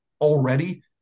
already –